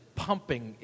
pumping